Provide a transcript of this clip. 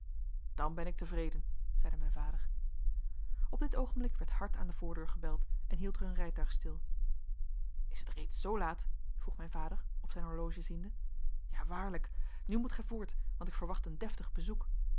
dan ben ik tevreden zeide mijn vader op dit oogenblik werd hard aan de voordeur gebeld en hield er een rijtuig stil is het reeds zoo laat vroeg mijn vader op zijn horloge ziende ja waarlijk nu moet gij voort want ik verwacht een deftig bezoek